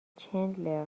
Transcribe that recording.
چندلر